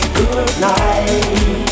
goodnight